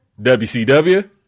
WCW